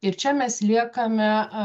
ir čia mes liekame